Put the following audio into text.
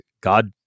god